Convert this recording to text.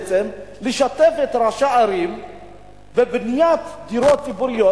בעצם לשתף את ראשי הערים בבניית דירות ציבוריות.